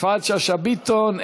יפעת שאשא ביטון,